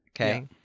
Okay